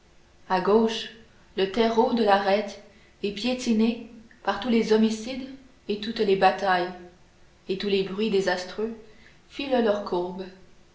a gauche le terreau de l'arête est piétiné par tous les homicides et toutes les batailles et tous les bruits désastreux filent leur courbe